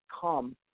come